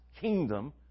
kingdom